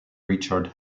richard